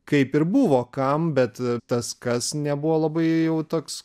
kaip ir buvo kam bet tas kas nebuvo labai jau toks